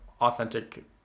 authentic